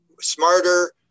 smarter